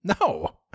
No